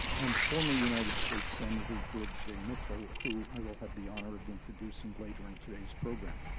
and former united states senator george j. mitchell, who i will have the honor of introducing later in today's program.